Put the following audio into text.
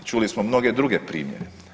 I čuli smo mnoge druge primjere.